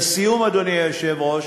לסיום, אדוני היושב-ראש,